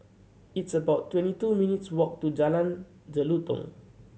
it's about twenty two minutes walk to Jalan Jelutong